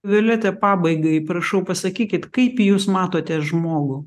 violeta pabaigai prašau pasakykit kaip jūs matote žmogų